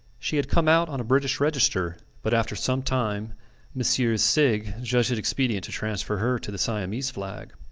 she had come out on a british register, but after some time messrs. sigg judged it expedient to transfer her to the siamese flag.